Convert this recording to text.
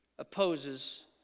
Opposes